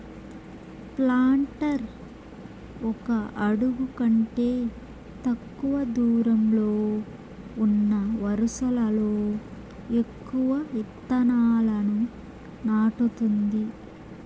planter ఒక అడుగు కంటే తక్కువ దూరంలో ఉన్న వరుసలలో ఎక్కువ ఇత్తనాలను నాటుతుంది